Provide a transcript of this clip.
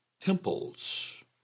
temples